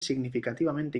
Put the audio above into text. significativamente